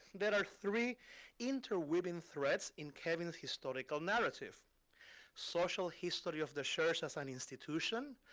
there are three interweaving threads in kevin's historical narrative social history of the church as an institution,